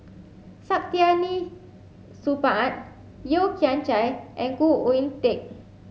Saktiandi Supaat Yeo Kian Chai and Khoo Oon Teik